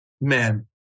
Man